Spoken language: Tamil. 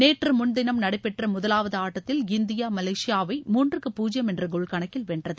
நேற்று முன்தினம் நடைபெற்ற முதலாவது ஆட்டத்தில் இந்தியா மலேசியாவை மூன்றுக்கு பூஜ்யம் என்ற கோல் கணக்கில் வென்றது